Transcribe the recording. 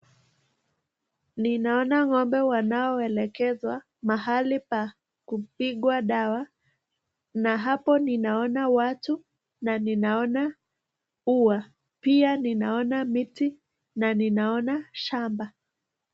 Ninaona ng'ombe wanaoelekezwa mahali pa kupigwa dawa na hapo ninaona watu na ninaona ua. Pia ninaona miti na ninaona shamba.